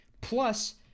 Plus